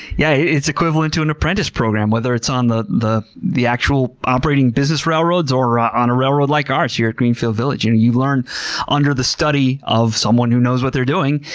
yeah it's equivalent to an apprentice program. whether it's on the the actual operating business railroads or ah on a railroad like ours here at greenfield village, and you learn under the study of someone who knows what they're doing.